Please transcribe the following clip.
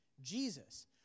Jesus